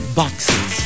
boxes